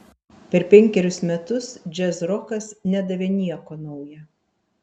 per penkerius metus džiazrokas nedavė nieko nauja